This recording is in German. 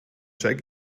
check